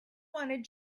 want